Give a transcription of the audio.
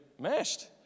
mashed